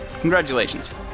Congratulations